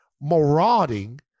marauding